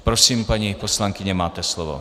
Prosím, paní poslankyně, máte slovo.